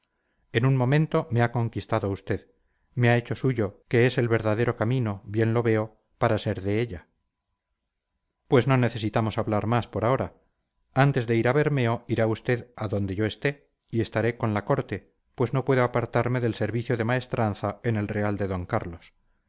en un momento me ha conquistado usted me ha hecho suyo que es el verdadero camino bien lo veo para ser de ella pues no necesitamos hablar más por ahora antes de ir a bermeo irá usted a donde yo esté y estaré con la corte pues no puedo apartarme del servicio de maestranza en el real de d carlos